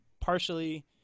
partially